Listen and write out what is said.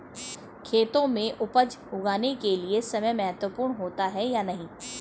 खेतों में उपज उगाने के लिये समय महत्वपूर्ण होता है या नहीं?